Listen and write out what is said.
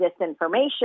disinformation